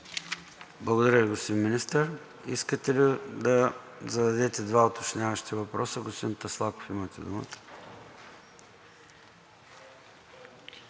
Благодаря Ви, господин Министър. Искате ли да зададете два уточняващи въпроса? Господин Таслаков, имате думата.